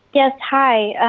yes, hi.